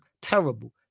terrible